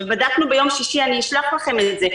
ובדקנו ביום שישי ואני אשלח לכם את זה.